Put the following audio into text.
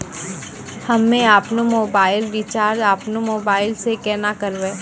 हम्मे आपनौ mobile recharge आपनौ मोबाइल से केना करवै?